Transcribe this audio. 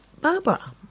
Barbara